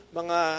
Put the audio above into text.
mga